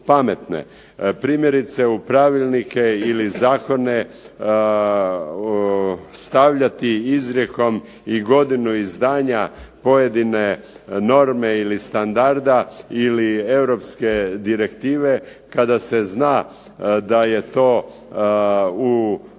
Primjerice u pravilnike ili zakone stavljati izrijekom i godinu izdanja pojedine norme ili standarda ili europske direktive, kada se zna da je to u